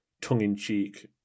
tongue-in-cheek